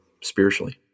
spiritually